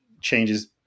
changes